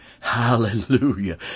Hallelujah